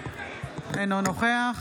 אינו נוכח